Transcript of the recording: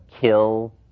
kill